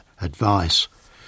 advice